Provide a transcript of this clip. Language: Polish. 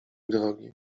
drogi